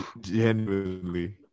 Genuinely